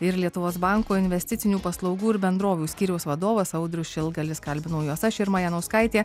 ir lietuvos banko investicinių paslaugų ir bendrovių skyriaus vadovas audrius šilgalis kalbinau juos aš irma janauskaitė